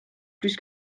plus